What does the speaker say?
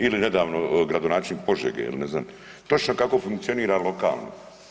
Ili nedavno gradonačelnik Požege ili ne znam, točno kako funkcionira lokalno.